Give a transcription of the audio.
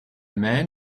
man